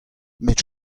met